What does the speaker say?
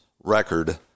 record